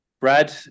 Brad